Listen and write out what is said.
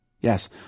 Yes